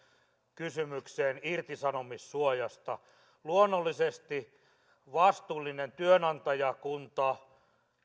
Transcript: kysymykseen irtisanomissuojasta luonnollisesti vastuullinen työnantajakunta